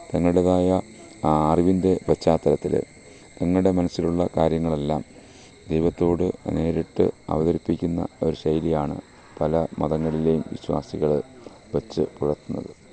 തങ്ങളുടേതായ അറിവിൻ്റെ പശ്ചാത്തലത്തില് തങ്ങളുടെ മനസ്സിലുള്ള കാര്യങ്ങളെല്ലാം ദൈവത്തോട് നേരിട്ട് അവതരിപ്പിക്കുന്ന ഒരു ശൈലിയാണ് പല മതങ്ങളിലെയും വിശ്വാസികള് വച്ചു പുലർത്തുന്നത്